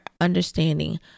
understanding